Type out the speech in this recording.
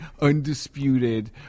undisputed